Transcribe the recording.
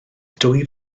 dwy